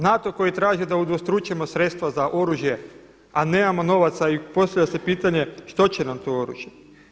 NATO koji traži da udvostručimo sredstva za oružje, a nemamo novaca i postavlja se pitanje što će nam to oružje.